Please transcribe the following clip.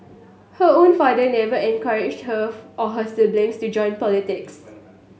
her own father never encouraged her or her siblings to join politics